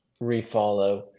refollow